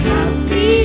Happy